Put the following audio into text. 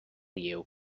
you